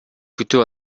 күтүп